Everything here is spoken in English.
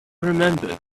remembered